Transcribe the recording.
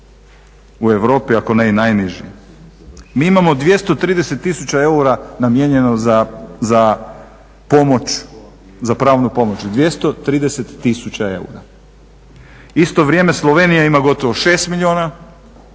u Europi ako ne i najniži. Mi imao 230 tisuća eura namijenjeno za pomoć, za pravnu pomoć, 230 tisuća eura. Isto vrijeme Slovenija ima gotovo 6 milijuna,